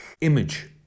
image